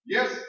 Yes